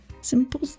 simple